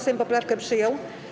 Sejm poprawkę przyjął.